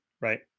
right